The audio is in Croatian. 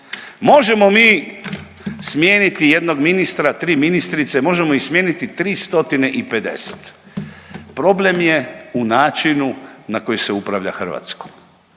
možemo mi smijeniti jednog ministra, tri ministrice, možemo ih smijeniti 350, problem je u načinu na koji se upravlja Hrvatskom,